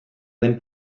den